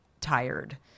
tired